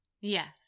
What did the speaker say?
Yes